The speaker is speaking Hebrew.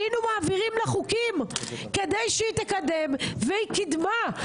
היינו מעבירים לה חוקים כדי שהיא תקדם והיא קידמה.